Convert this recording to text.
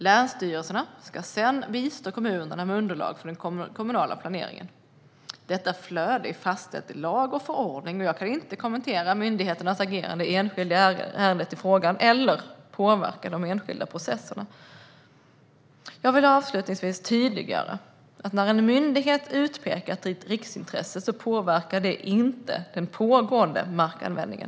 Länsstyrelserna ska sedan bistå kommunerna med underlag för den kommunala planeringen. Detta flöde är fastställt i lag och förordning, och jag kan inte kommentera myndigheternas ageranden i enskilda ärenden i frågan eller påverka de enskilda processerna. Jag vill avslutningsvis tydliggöra att när en myndighet utpekar ett riksintresseområde påverkar det inte den pågående markanvändningen.